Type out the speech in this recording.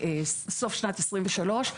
סוף שנת 2023,